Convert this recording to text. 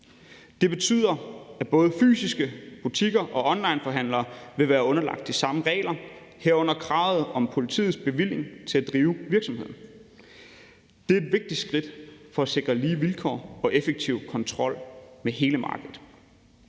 Det betyder, at både fysiske butikker og onlineforhandlere vil være underlagt de samme regler, herunder kravet om politiets bevilling til at drive virksomheden. Det er et vigtigt skridt for at sikre lige vilkår og effektiv kontrol med hele markedet.